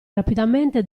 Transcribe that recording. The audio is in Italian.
rapidamente